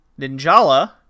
Ninjala